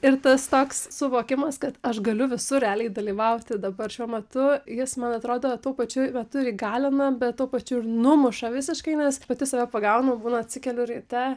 ir tas toks suvokimas kad aš galiu visur realiai dalyvauti dabar šiuo metu jis man atrodo tuo pačiu metu ir įgalina bet tuo pačiu ir numuša visiškai nes pati save pagaunu būna atsikeliu ryte